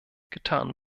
getan